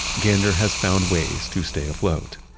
gander has found ways to stay afloat